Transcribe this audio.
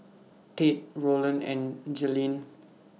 Tate Roland and Jailene